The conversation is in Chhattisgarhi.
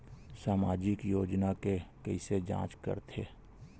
सामाजिक योजना के कइसे जांच करथे?